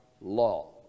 law